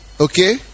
okay